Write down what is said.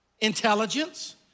intelligence